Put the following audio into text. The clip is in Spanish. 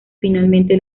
finalmente